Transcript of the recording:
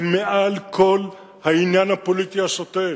זה מעל כל העניין הפוליטי השוטף.